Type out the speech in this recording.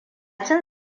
cin